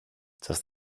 just